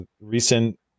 recent